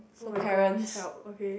oh-my-gosh help okay